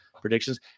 predictions